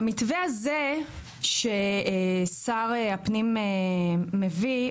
המתווה הזה ששר הפנים מביא,